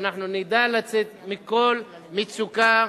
ואנחנו נדע לצאת מכל מצוקה,